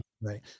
Right